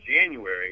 January